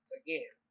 again